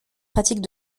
pratiques